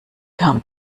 kam